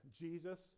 Jesus